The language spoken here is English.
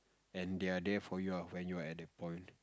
and they're there for you ah when you're at the point